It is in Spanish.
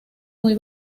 muy